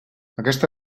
aquesta